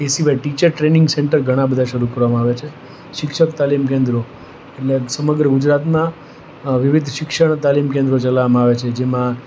એ સિવાય teacher training centre પણ ઘણાં બધાં શરૂ કરવામાં આવ્યા છે શિક્ષક તાલીમ કેન્દ્રો એટલે સમગ્ર ગુજરાતનાં વિવિધ શિક્ષણ તાલીમ કેન્દ્રો ચલાવામાં આવે છે જેમાં